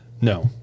no